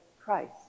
Christ